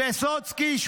ויסוצקי,